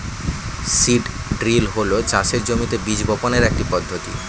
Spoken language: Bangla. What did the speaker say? সিড ড্রিল হল চাষের জমিতে বীজ বপনের একটি পদ্ধতি